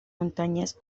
montañas